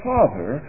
Father